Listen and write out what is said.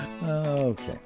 Okay